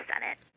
Senate